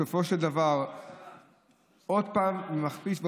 בסופו של דבר עוד פעם הוא מכפיש.